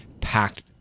packed